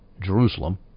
Jerusalem